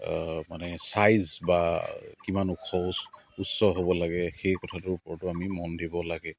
মানে ছাইজ বা কিমান ওখ উচ্চ হ'ব লাগে সেই কথাটোৰ ওপৰতো আমি মন দিব লাগে